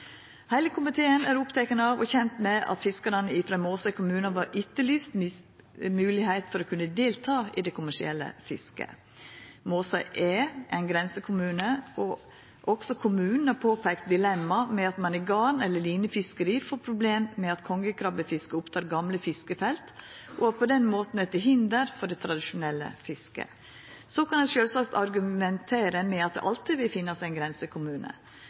Heile komiteen er oppteken av og kjend med at fiskarane frå Måsøy kommune har etterlyst moglegheit til å kunna delta i det kommersielle fisket. Måsøy er ein grensekommune, og også kommunen har påpeikt det dilemmaet at ein med garn og linefiskeri får problem med at kongekrabbefisket opptek gamle fiskefelt og på den måten er til hinder for det tradisjonelle fisket. Ein kan sjølvsagt argumentera med at det alltid vil finnast ein grensekommune,